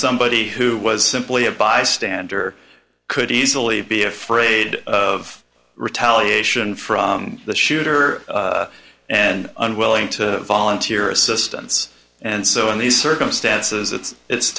somebody who was simply a bystander could easily be afraid of retaliation from the shooter and unwilling to volunteer assistance and so in these circumstances it's it's